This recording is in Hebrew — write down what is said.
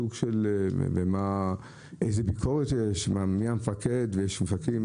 איזה ביקורת יש, מי המפקד, מי המפקדים?